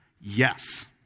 Yes